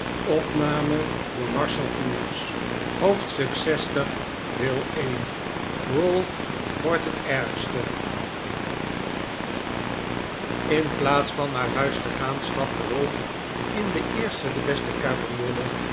hoofdstuk lx ralph hoort het ergste in plaats van naar huis te gaan stapte ralph in de eerste de beste cabriolet